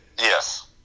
Yes